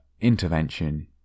intervention